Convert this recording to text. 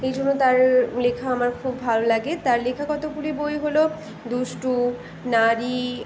এই জন্য তার লেখা আমার খুব ভাল লাগে তার লেখা কতগুলি বই হল দুষ্টু নারী